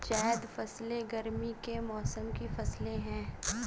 ज़ैद फ़सलें गर्मी के मौसम की फ़सलें हैं